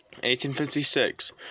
1856